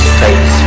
face